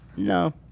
No